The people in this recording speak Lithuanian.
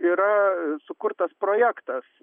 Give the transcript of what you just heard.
yra sukurtas projektas